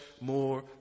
more